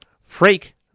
Freak